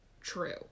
true